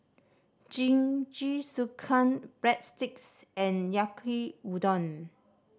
Jingisukan Breadsticks and Yaki Udon